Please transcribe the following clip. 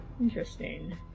Interesting